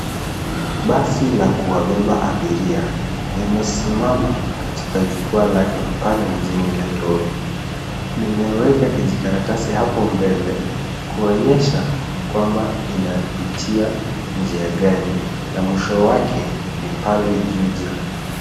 Basi la kuwabeba abiria limesimama katika jukwaa lake pale mjini Nairobi. Limeweka kijikaratasi hapo mbele kuonyesha kwamba inapitia njia gani na mwisho wake ni pale Juja.